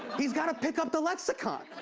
he's gotta pick up the lexicon.